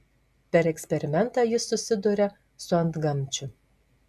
per eksperimentą jis susiduria su antgamčiu